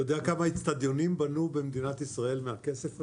אתה יודע כמה אצטדיונים בנו במדינת ישראל מהכסף הזה?